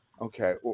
Okay